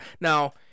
Now